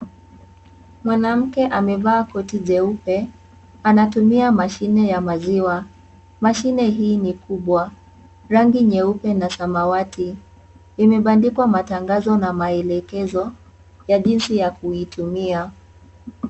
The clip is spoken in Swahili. Mwanamke amevaa koti jeupe anatumia mashine ya maziwa. Mashine hii ni kubwa rangi nyeupe na samawati imebandikwa matangazo na maelekezo ya jinsi ya kuitumia.